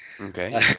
Okay